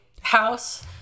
House